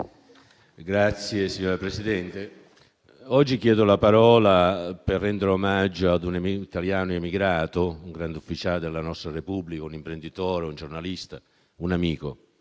Signora Presidente, oggi chiedo la parola per rendere omaggio ad un italiano emigrato, un grande ufficiale della nostra Repubblica, un imprenditore, un giornalista, un amico: